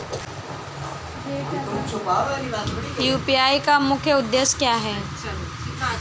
UPI का मुख्य उद्देश्य क्या है?